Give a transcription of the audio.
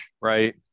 right